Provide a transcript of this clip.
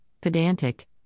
pedantic